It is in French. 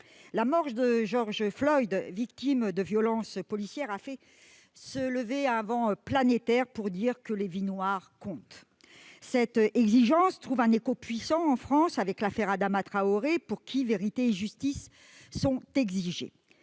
La mort de George Floyd, victime de violences policières, a fait se lever un vent planétaire pour dire que les vies noires comptent. Cette exigence trouve un puissant écho en France avec l'affaire Adama Traoré, pour lequel vérité et justice sont exigées.